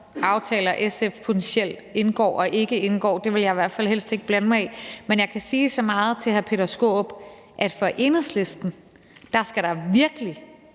aftaler SF potentielt indgår og ikke indgår. Det vil jeg i hvert fald helst ikke blande mig i. Men jeg kan sige så meget til hr. Peter Skaarup, at for Enhedslisten skal der virkelig